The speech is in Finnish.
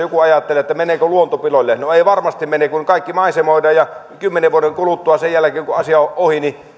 joku ajattelee että meneekö luonto piloille no ei varmasti mene kun kaikki maisemoidaan ja kymmenen vuoden kuluttua sen jälkeen kun asia on ohi